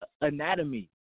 Anatomy